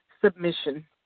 submission